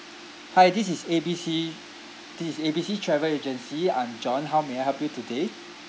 hi this is A B C this is A B C travel agency I'm john how may I help you today